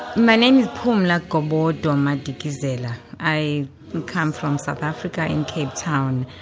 my name is pumla gobodo-madikizela i come from south africa in cape town.